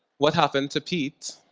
what happened to pete?